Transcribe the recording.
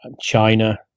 China